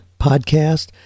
podcast